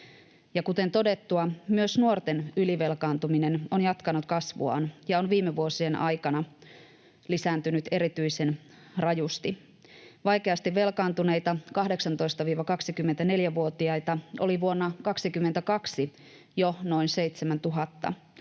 Kuten todettua, myös nuorten ylivelkaantuminen on jatkanut kasvuaan ja on viime vuosien aikana lisääntynyt erityisen rajusti. Vaikeasti velkaantuneita 18—24-vuotiaita oli vuonna 22 jo noin 7 000.